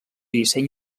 disseny